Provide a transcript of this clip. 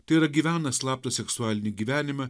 tai yra gyvena slaptą seksualinį gyvenimą